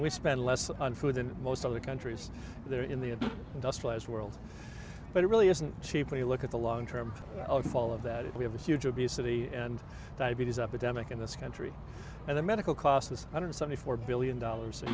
we spend less on food than most other countries there in the industrialized world but it really isn't cheaply look at the long term fall of that we have a huge obesity and diabetes epidemic in this country and the medical costs this hundred seventy four billion dollars a